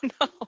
no